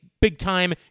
big-time